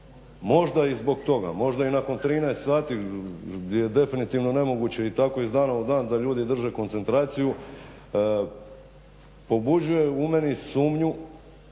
možda i zbog toga, možda i nakon 13 sati je definitivno i nemoguće i tako iz dana u dan da ljudi drže koncentraciju pobuđuje u meni sumnju